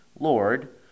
Lord